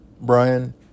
Brian